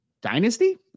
dynasty